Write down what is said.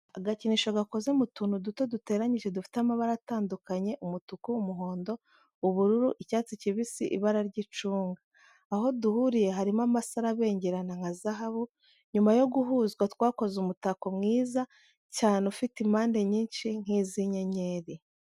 Agakinisho gakoze mu tuntu duto duteranyije dufite amabara atandukanye umutuku, umuhondo, ubururu, icyatsi kibisi, ibarara ry'icunga. aho duhuriye harimo amasaro abengerana nka zahabu, nyuma yo guhuzwa twakoze umutako mwiza cyane ufite impande nyinshi nk'izi' inyenyeri.